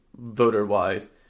voter-wise